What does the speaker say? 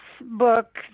book